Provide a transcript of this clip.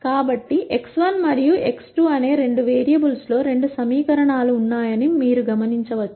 కాబట్టి x1 మరియు x 2 అనే రెండు వేరియబుల్స్లో రెండు సమీకరణాలు ఉన్నాయని మీరు గమనించవచ్చు